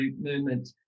movement